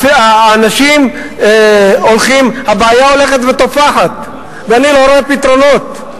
הבעיה הולכת ותופחת ואני לא רואה פתרונות.